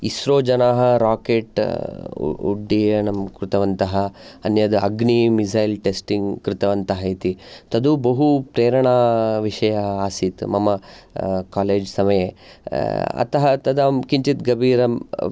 इस्रो जनाः राकेट् उ उड्डयनं कृतवन्तः अन्यद् अग्नि मिसैल् टेस्टिङ्ग् कृतवन्तः इति तदु बहु प्रेरणाविषयः आसीत् मम कालेज् समये अतः तदहं किञ्चित् गभीरं